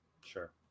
Sure